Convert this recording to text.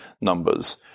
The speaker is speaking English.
numbers